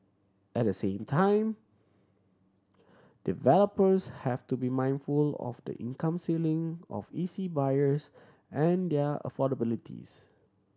at the same time developers have to be mindful of the income ceiling of E C buyers and their affordabilities